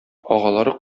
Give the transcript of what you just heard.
агалары